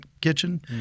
kitchen